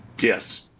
Yes